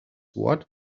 what